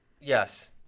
Yes